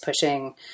pushing